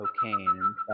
cocaine